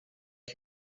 you